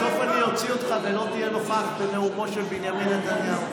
בסוף אני אוציא אותך ולא תהיה נוכח בנאומו של בנימין נתניהו.